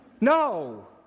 No